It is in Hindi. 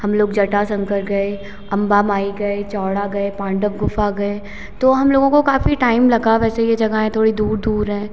हम लोग जटाशंकर गए अंबाबाई गए चौड़ा गए पांडव गुफ़ा गए तो हम लोगों को काफ़ी टाइम लगा वैसे यह जगाहें थोड़ी दूर दूर हैं